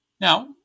Now